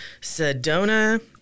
Sedona